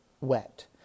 wet